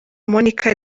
monika